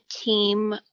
team